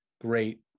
great